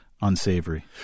unsavory